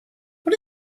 what